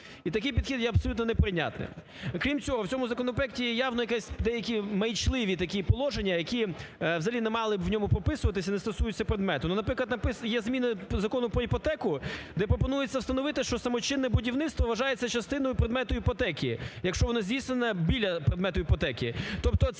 І такий підхід є абсолютно неприйнятний. Крім цього, в цьому законопроекті є явно якісь маячливі такі положення, які взагалі не мали б у ньому прописуватися, не стосуються предмету. Наприклад, написано… є зміни Закону про іпотеку, де пропонується встановити, що самочинне будівництво вважається частиною предмету іпотеки, якщо воно здійснено біля предмету іпотеки.